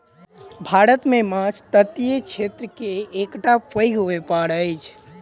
भारत मे माँछ तटीय क्षेत्र के एकटा पैघ व्यापार अछि